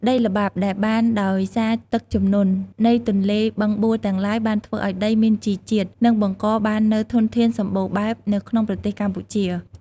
ដីល្បាប់ដែលបានដោយសារទឹកជំនន់ នៃទន្លេបឹងបួរទាំងឡាយបានធ្វើឱ្យដីមានជីជាតិ និងបង្កបាននូវធនធានសម្បូរបែបនៅក្នុងប្រទេសកម្ពុជា។